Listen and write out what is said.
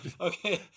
Okay